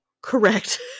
Correct